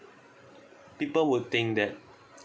people would think that